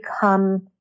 become